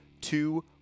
Two